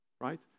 right